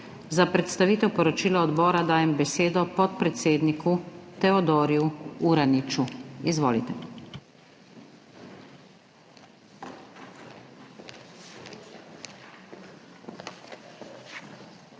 Za predstavitev poročila odbora dajem besedo podpredsedniku Teodorju Uraniču. Izvolite.